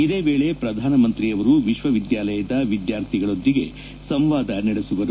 ಇದೇ ವೇಳೆ ಪ್ರಧಾನಮಂತ್ರಿಯವರು ವಿಶ್ವವಿದ್ಯಾಲಯದ ವಿದ್ಯಾರ್ಥಿಗಳೊಂದಿಗೆ ಸಂವಾದ ನಡೆಸುವರು